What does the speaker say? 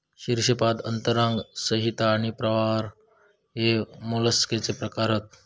शीर्शपाद अंतरांग संहति आणि प्रावार हे मोलस्कचे प्रकार हत